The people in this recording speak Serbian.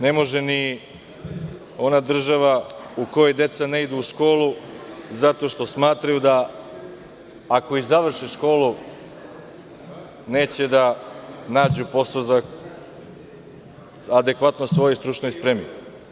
Ne može ni u onoj država u kojoj deca ne idu u školu zato što smatraju da, ako i završe školu, neće naći posao adekvatan svojoj stručnoj spremi.